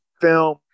film